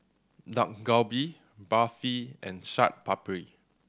Dak Galbi Barfi and Chaat Papri